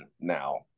now